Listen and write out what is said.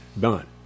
Done